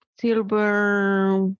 silver